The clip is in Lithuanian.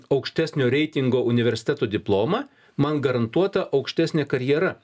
aukštesnio reitingo universiteto diplomą man garantuota aukštesnė karjera